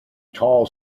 tall